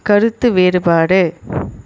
கருத்து வேறுபாடு